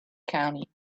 county